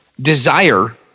desire